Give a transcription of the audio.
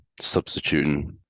substituting